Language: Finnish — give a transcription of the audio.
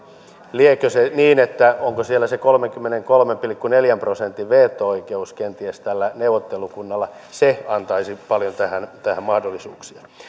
liekö se niin että siellä on se kolmenkymmenenkolmen pilkku neljän prosentin veto oikeus kenties tällä neuvottelukunnalla se antaisi tähän paljon mahdollisuuksia